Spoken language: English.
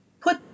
put